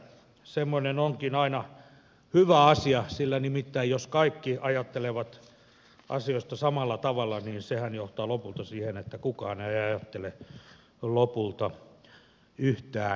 semmoinen onkin aina hyvä asia sillä nimittäin jos kaikki ajattelevat asioista samalla tavalla niin sehän johtaa lopulta siihen että kukaan ei ajattele lopulta yhtään mitään